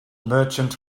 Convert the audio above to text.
merchant